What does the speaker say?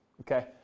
okay